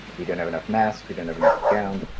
we don't have enough masks. we don't have enough gowns.